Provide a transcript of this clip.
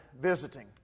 visiting